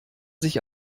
sich